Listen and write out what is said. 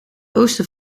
oosten